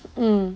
mm